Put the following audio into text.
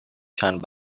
چند